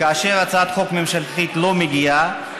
כאשר הצעת חוק ממשלתית לא מגיעה,